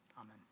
Amen